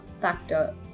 factor